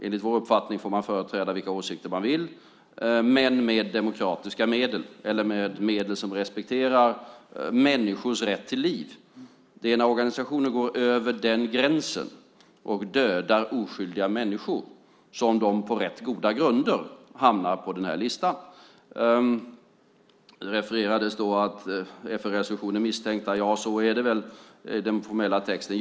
Enligt vår uppfattning får man företräda vilka åsikter man vill men med demokratiska medel eller medel som respekterar människors rätt till liv. Det är när organisationer går över den gränsen och dödar oskyldiga människor som de, på rätt goda grunder, hamnar på den här listan. Här refererades om FN-resolutioner och misstänkta. Ja, så är det väl i den formella texten.